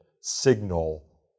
signal